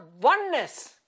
oneness